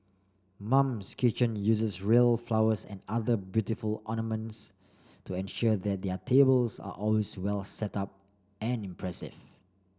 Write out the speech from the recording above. mum's kitchen uses real flowers and other beautiful ornaments to ensure that their tables are always well setup and impressive